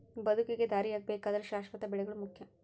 ಬದುಕಿಗೆ ದಾರಿಯಾಗಬೇಕಾದ್ರ ಶಾಶ್ವತ ಬೆಳೆಗಳು ಮುಖ್ಯ